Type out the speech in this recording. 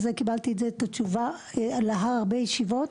קיבלתי את התשובה הזאת לאחר הרבה ישיבות,